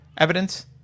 Evidence